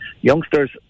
youngsters